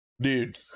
dude